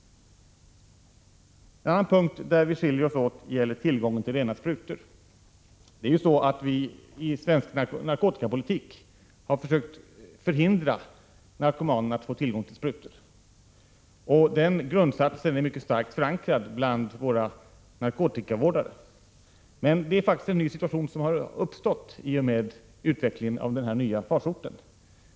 En annan punkt där vi skiljer oss åt gäller tillgången till rena sprutor. Det är ju så att vi i svensk narkotikapolitik har försökt förhindra narkomanen att få tillgång till sprutor. Den grundsatsen är mycket starkt förankrad bland våra narkomanvårdare. Men det är faktiskt en ny situation som har uppstått i och med utvecklingen av den nya farsoten.